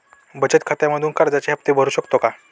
बचत खात्यामधून कर्जाचे हफ्ते भरू शकतो का?